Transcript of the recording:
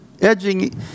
edging